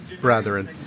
brethren